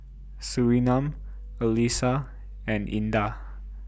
Surinam Alyssa and Indah